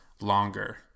longer